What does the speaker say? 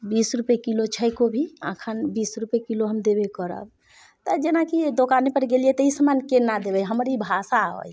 बीस रुपैए किलो छै कोबी एखन बीस रुपैए किलो हम देबे करब तऽ जेनाकि दोकानेपर गेलिए तऽ ई समान कोना देबै हमर ई भाषा अइ